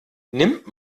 nimmt